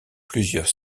plusieurs